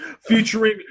featuring